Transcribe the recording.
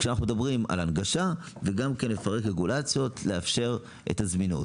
כשאנחנו מדברים על הנגשה ורגולציות לאפשר את הזמינות.